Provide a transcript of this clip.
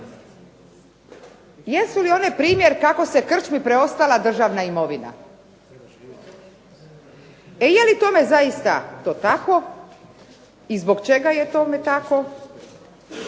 Jesu li one primjer kako se krčmi preostala državna imovina? Je li tome zaista to tako i zbog čega je tome tako?